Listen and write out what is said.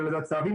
ולצערי,